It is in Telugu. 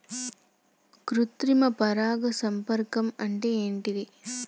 కృత్రిమ పరాగ సంపర్కం అంటే ఏంది?